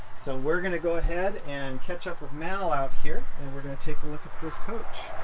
so we're gonna go ahead and catch up with mal out here and we're going to take a look at this coach.